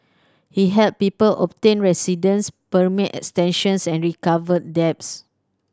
he helped people obtain residence permit extensions and recovered debts